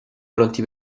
pronti